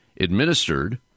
administered